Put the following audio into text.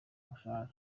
mushahara